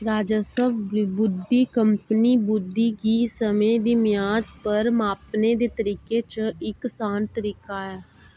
राजस्व बुद्धि कंपनी बुद्धि गी समें दी म्याद पर मापने दे तरीकें च इक असान तरीका ऐ